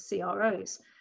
CROs